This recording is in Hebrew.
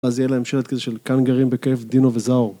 אז יהיה להם שלט כזה של כאן גרים בכיף דינו וזאור.